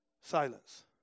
Silence